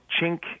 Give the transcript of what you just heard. chink